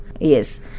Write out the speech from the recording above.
Yes